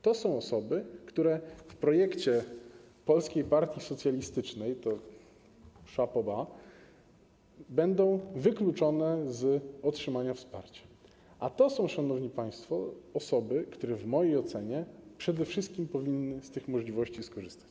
To są osoby, które w projekcie Polskiej Partii Socjalistycznej - chapeau bas - będą wykluczone z otrzymania wsparcia, a to są, szanowni państwo, osoby, które w mojej ocenie przede wszystkim powinny z tych możliwości skorzystać.